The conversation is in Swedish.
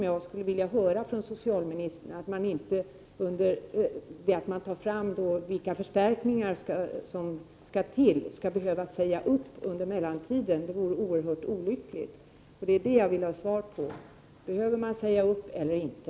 Jag skulle vilja höra från socialministern att man under mellantiden, när man tar fram förstärkningar, inte skall behöva säga upp personal. Det vore oerhört olyckligt. Jag vill ha svar på om personalen skall sägas upp eller inte.